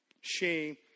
Shame